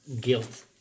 guilt